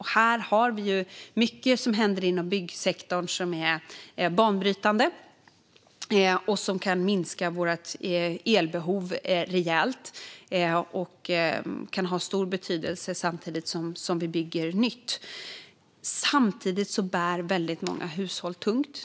Här händer det mycket inom byggsektorn som är banbrytande och kan minska vårt elbehov rejält. Det kan ha stor betydelse samtidigt som vi bygger nytt. Samtidigt bär väldigt många hushåll tungt.